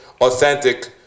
authentic